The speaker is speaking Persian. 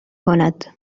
کند